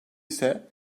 ise